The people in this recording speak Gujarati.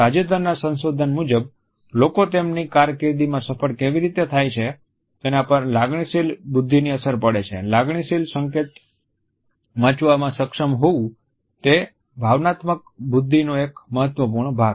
તાજેતરના સંશોધન મુજબ લોકો તેમની કારકિર્દીમાં સફળ કેવી રીતે થાય છે તેના પર લાગણીશીલ બુદ્ધિની અસર પડે છે લાગણીશીલ સંકેત વાંચવામાં સક્ષમ હોવું તે ભાવનાત્મક બુદ્ધિ નો એક મહત્વપૂર્ણ ભાગ છે